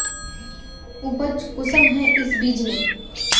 उपज कुंसम है इस बीज में?